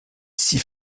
six